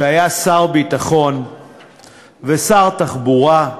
שהיה שר הביטחון ושר התחבורה,